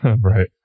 Right